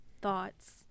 thoughts